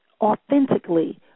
authentically